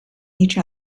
each